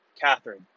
Catherine